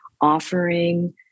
offering